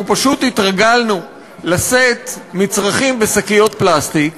אנחנו פשוט התרגלנו לשאת מצרכים בשקיות פלסטיק,